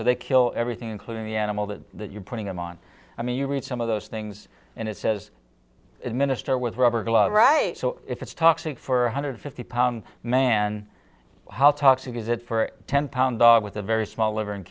so they kill everything including the animal that you're putting them on i mean you read some of those things and it says minister with rubber gloves right so if it's toxic for one hundred fifty pound man how toxic is it for a ten pound dog with a very small liver and